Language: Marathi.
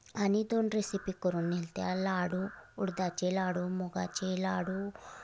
आणि दोन रेसिपी करून नेल्या होत्या लाडू उडदाचे लाडू मुगाचे लाडू